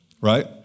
right